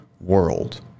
world